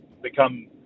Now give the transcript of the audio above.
become